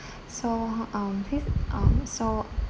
so um with um so